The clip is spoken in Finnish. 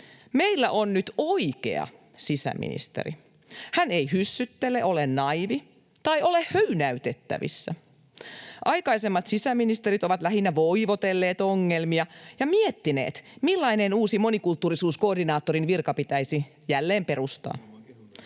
Meillä on nyt oikea sisäministeri. Hän ei hyssyttele, ole naiivi tai ole höynäytettävissä. Aikaisemmat sisäministerit ovat lähinnä voivotelleet ongelmia ja miettineet, millainen uusi monikulttuurisuuskoordinaattorin virka pitäisi jälleen perustaa.